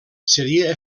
seria